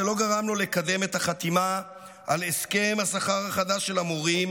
זה לא גרם לו לקדם את חתימה על הסכם השכר החדש של המורים